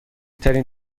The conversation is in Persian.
ترین